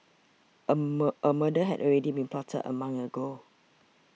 a a murder had already been plotted a month ago